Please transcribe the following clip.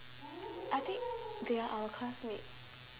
I think they are our classmates